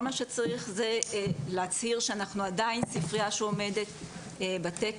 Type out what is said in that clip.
כל מה שצריך זה להצהיר שאנחנו עדיין ספריה שעומדת בתקן.